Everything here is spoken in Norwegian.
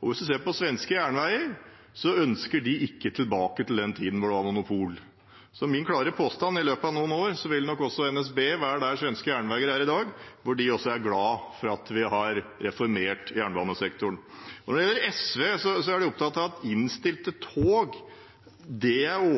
Hvis en ser på Svenska Järnvägar, ønsker de seg ikke tilbake til den tiden da det var monopol. Så min klare påstand er at i løpet av noen år vil nok også NSB være der Svenska Järnvägar er i dag, at de er glad for at vi har reformert jernbanesektoren. Når det gjelder SV, er de opptatt av at det er